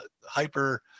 hyper